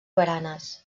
baranes